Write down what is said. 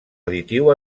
additiu